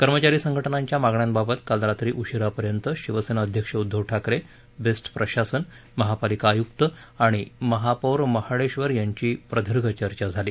कर्मचारी संघटनांच्या मागण्यांबाबत काल रात्री उशिरापर्यंत शिवसेना अध्यक्ष उद्घव ठाकरे बेस्ट प्रशासन महापालिका आयुक्त आणि महापौर महाडेश्वर यांची प्रदीर्घ चर्चा झाली